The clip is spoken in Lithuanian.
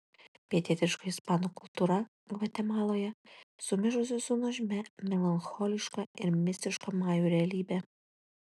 pietietiška ispanų kultūra gvatemaloje sumišusi su nuožmia melancholiška ir mistiška majų realybe